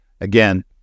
again